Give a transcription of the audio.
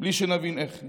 בלי שנבין איך,